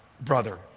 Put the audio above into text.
brother